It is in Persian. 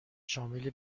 شامل